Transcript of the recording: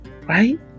right